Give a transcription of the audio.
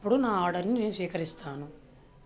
అప్పుడు నా ఆర్డర్ని నేను స్వీకరిస్తాను